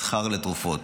מסחר לתרופות.